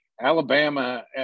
Alabama